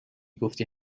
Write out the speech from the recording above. گفتی